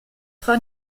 frau